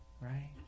right